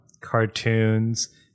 cartoons